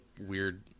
weird